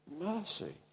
Mercy